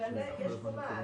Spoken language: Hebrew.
יש חובה.